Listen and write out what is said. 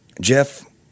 Jeff